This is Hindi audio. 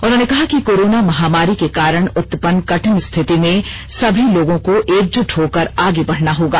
उन्होंने कहा कि कोरोना महामारी के कारण उत्पन्न कठिन स्थिति में सभी लोगों को एकजुट होकर आगे बढ़ना होगा